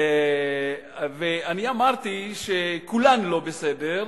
אמרתי שכולן לא בסדר,